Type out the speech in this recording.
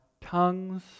tongues